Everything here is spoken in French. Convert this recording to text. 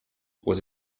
aux